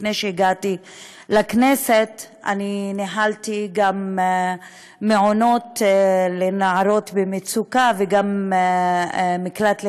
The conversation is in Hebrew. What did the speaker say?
לפני שהגעתי לכנסת ניהלתי גם מעונות לנערות במצוקה וגם מקלט לנשים,